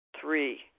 Three